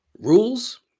Rules